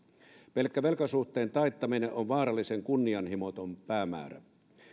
pelkkä velkasuhteen taittaminen on vaarallisen kunnianhimoton päämäärä